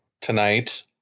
tonight